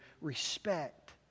respect